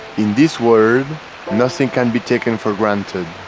in this world nothing can be taken for granted.